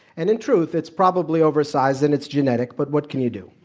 and in truth, it's probably oversized, and it's genetic. but what can you do?